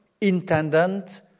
intendant